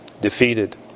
defeated